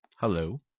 Hello